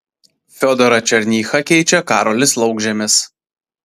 fiodorą černychą keičia karolis laukžemis